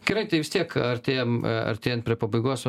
gerai tai vis tiek artėjam artėjant prie pabaigos